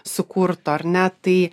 sukurto ar ne tai